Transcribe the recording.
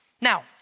Now